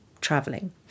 traveling